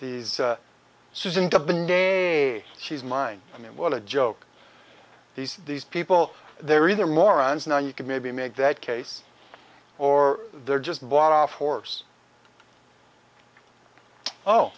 these susan a she's mine i mean what a joke these are these people they're either morons now you could maybe make that case or they're just bought off horse oh